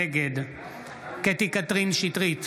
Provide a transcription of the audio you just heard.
נגד קטי קטרין שטרית,